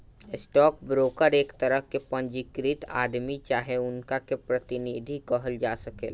stock broker एक तरह के पंजीकृत आदमी चाहे उनका के प्रतिनिधि कहल जा सकेला